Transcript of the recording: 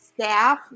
staff